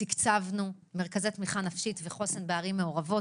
תקצבנו מרכזי תמיכה נפשית וחוסן בערים מעורבות.